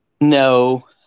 No